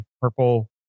purple